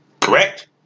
Correct